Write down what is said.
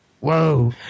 Whoa